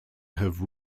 have